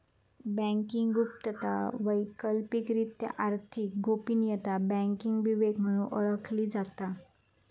banking गुप्तता, वैकल्पिकरित्या आर्थिक गोपनीयता, बँकिंग विवेक म्हणून ओळखली जाता